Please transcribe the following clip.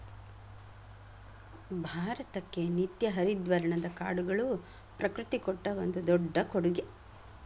ಭಾರತಕ್ಕೆ ನಿತ್ಯ ಹರಿದ್ವರ್ಣದ ಕಾಡುಗಳು ಪ್ರಕೃತಿ ಕೊಟ್ಟ ಒಂದು ದೊಡ್ಡ ಕೊಡುಗೆ